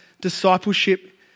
discipleship